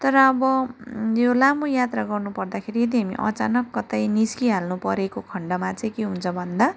तर अब यो लामो यात्रा गर्नु पर्दाखेरि यदि हामी अचानक कतै निस्किहाल्नु परेको खन्डमा चाहिँ के हुन्छ भन्दा